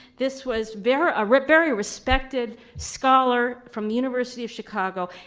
this was very ah rare, very respected scholar from the university of chicago.